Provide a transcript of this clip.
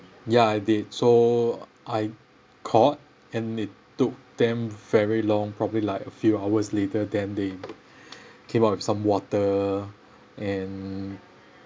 ya I did so I called and it took them very long probably like a few hours later then they came up with some water and